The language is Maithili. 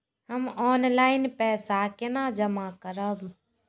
हम ऑनलाइन पैसा केना जमा करब?